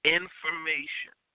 information